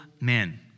men